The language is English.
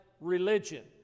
religion